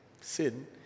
sin